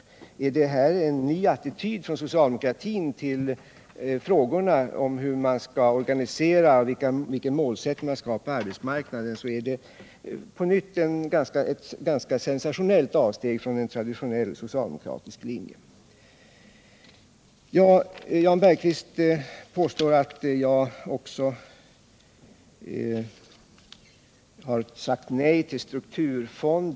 Är det här en ny attityd från socialdemokratin till frågorna om vilken målsättning man skall ha på arbetsmarknaden, så är det återigen ett ganska sensationellt avsteg från en traditionell socialdemokratisk linje. Jan Bergqvist påstår att jag också har sagt nej till strukturfond.